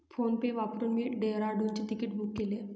PhonePe वापरून मी डेहराडूनचे तिकीट बुक केले